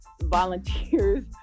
volunteers